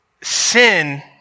sin